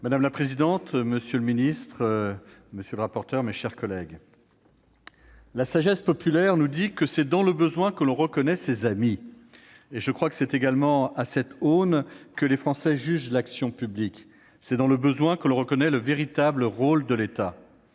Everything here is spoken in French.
Madame la présidente, monsieur le secrétaire d'État, mes chers collègues, la sagesse populaire nous dit que c'est dans le besoin que l'on reconnaît ses amis. Je crois que c'est également à cette aune que les Français jugent l'action publique : c'est dans le besoin que l'on reconnaît le véritable rôle de l'État.